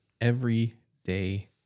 everyday